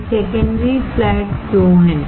एक secondary flat क्यों है